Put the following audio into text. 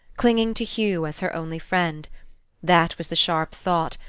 clinging to hugh as her only friend that was the sharp thought,